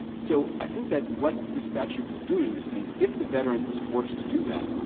so i think that what the statute is doing is saying if the veteran is forced to do that,